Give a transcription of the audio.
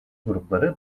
grupları